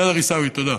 בסדר, עיסאווי, תודה.